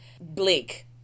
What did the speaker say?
bleak